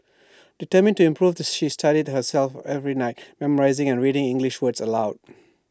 determined to improve she studied herself every night memorising and reading English words aloud